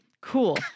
Cool